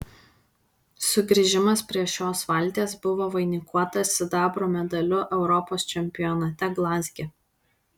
sugrįžimas prie šios valties buvo vainikuotas sidabro medaliu europos čempionate glazge